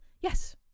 yes